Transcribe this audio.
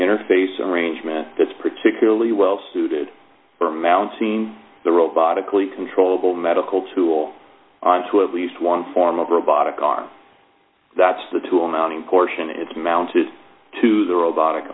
interface arrangement that's particularly well suited for amount seen the robotically controllable medical tool to at least one form of robotic arm that's the tool mounting portion it's mounted to the robotic